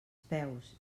peus